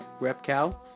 RepCal